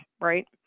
right